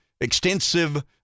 extensive